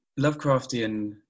Lovecraftian